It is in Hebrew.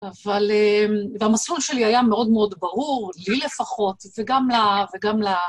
אבל... והמסלול שלי היה מאוד מאוד ברור, לי לפחות, וגם ל...